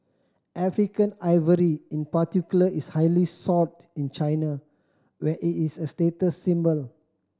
African ivory in particular is highly sought in China where it is a status symbol